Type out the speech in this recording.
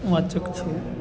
વાંચક છું